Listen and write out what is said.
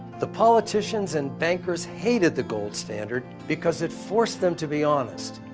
the politicians and bankers hated the gold standard, because it forced them to be honest.